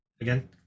Again